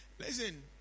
Listen